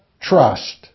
trust